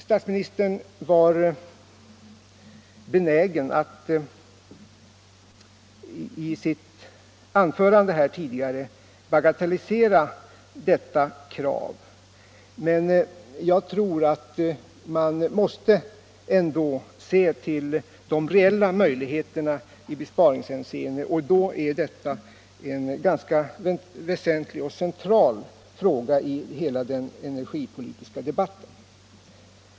Statsministern var i sitt anförande här benägen att bagatellisera detta krav, men jag tror att man ändå måste se till de reella möjligheterna i besparingshänseende, och då är detta en väsentlig och central fråga i hela den energipolitiska debatten.